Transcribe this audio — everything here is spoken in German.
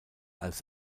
als